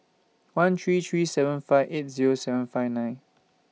one three three seven five eight Zero seven five nine